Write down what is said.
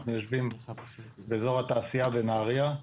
אנחנו יושבים באזור התעשייה בנהריה.